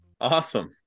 Awesome